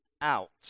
out